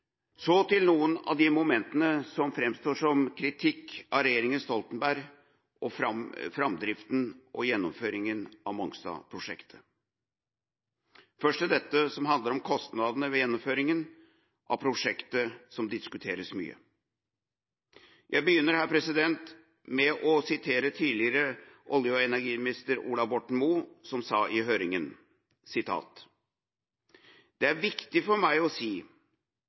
Så til noen av de momentene som framstår som kritikk av regjeringa Stoltenberg og framdrifta og gjennomføringa av Mongstad-prosjektet. Først til dette som handler om kostnadene ved gjennomføringa av prosjektet, som diskuteres mye: Jeg begynner med å sitere tidligere olje- og energiminister Ola Borten Moe, som sa i høringa: «Det er viktig for meg å si